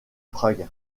prague